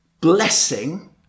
blessing